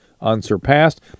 unsurpassed